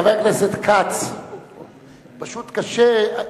חבר הכנסת כץ, פשוט קשה.